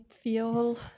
feel